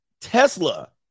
Tesla